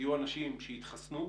יהיו אנשים שיתחסנו,